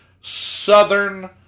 southern